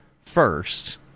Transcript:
first